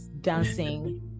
dancing